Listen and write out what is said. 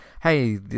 hey